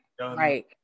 Right